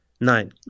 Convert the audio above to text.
Nine